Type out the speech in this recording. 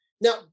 Now